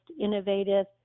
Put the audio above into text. innovative